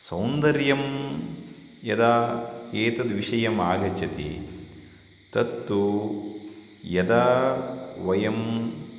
सौन्दर्यं यदा एतद्विषयम् आगच्छति तत्तु यदा वयं